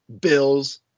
Bills